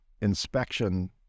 inspection